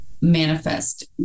manifest